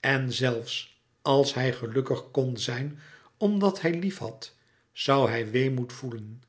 en zelfs als hij gelukkig kon zijn omdat hij lief had zoû hij weemoed voelen